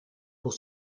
pour